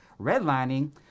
redlining